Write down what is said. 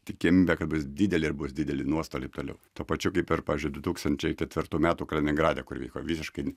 tikimybė kad bus dideli ir bus dideli nuostoliai toliau tuo pačiu kaip ir pavyzdžiui du tūkstančiai ketvirtų metų kaliningrade kur vyko visiškai